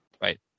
right